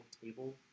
table